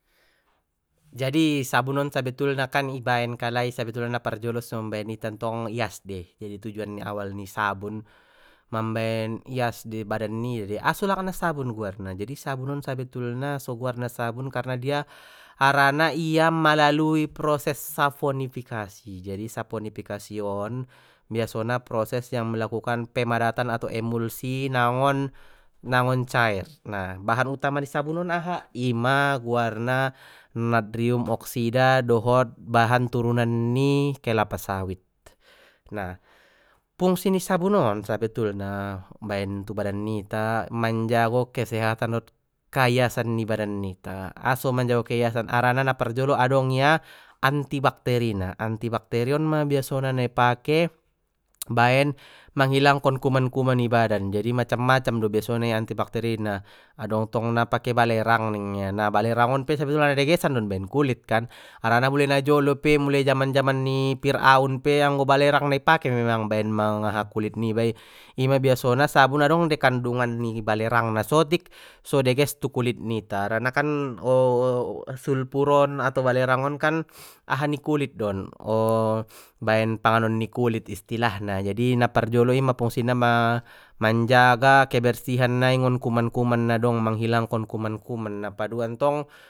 Jadi sabun on sabetulna kan i baen kalai sabetulna parjolo so mambaen ita ntong ias dei, jadi tujuan awal ni sabun mambaen, ias dei badan niba aso do langa sabun guarna jadi sabun on sabteulna so goarna sabun karna ia harana ia melalui proses saponifikasi jadi saponifikasi on biasona proses na melakukan pemadatan atau emulsi na ngon na ngon cair bahan utama ni sabun on aha ima guarna natrium oksida dohot bahan turunan ni kelapa sawit na, fungsi ni sabun on sabetulna baen tu badan nita manjago kesehatan dot ka iyasan ni badan nita aso manjago ke iyasan harana na parjolo adong ia anti bakteri na anti bakteri onma biasona na i pake baen manghilangkon kuman kuman i badan jadi macam macam do biaso na i anti bakterina adong tong na pake balerang ningia na balerang on pe sebetulna na degesan don baen kulit kan harana mulai na jolo pe mulai jaman jaman ni fir'aun pe anggo balerang ma i pake me memag baen mang aha kulit ni ba i ima biasona sabun adong dei kandungan ni balerangna sotik so deges tu kulit nita harana kan sulfur on atau balerang on kan aha ni kulit don baen panganon ni kulit istilahna jadi na parjolo ima fungsina ma-manjaga kebersihan nai ngon kuman kuman na dong manghilangkon kuman kuman na padua ntong.